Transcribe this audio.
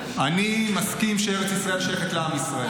אני מסכים שארץ ישראל שייכת לעם ישראל.